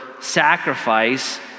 sacrifice